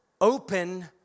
open